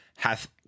hath